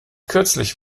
kürzlich